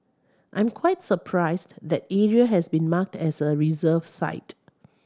I'm quite surprised that area has been marked as a reserve site